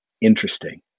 interesting